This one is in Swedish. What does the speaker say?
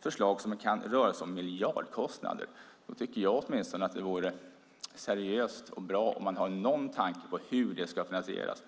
förslag, där det kan röra sig om miljardkostnader, tycker åtminstone jag att det är seriöst och bra om man har någon tanke om hur det ska finansieras.